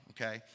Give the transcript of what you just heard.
okay